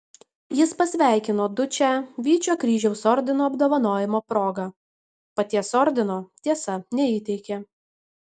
jis pasveikino dučę vyčio kryžiaus ordino apdovanojimo proga paties ordino tiesa neįteikė